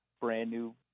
brand-new